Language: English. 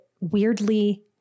weirdly